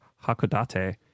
Hakodate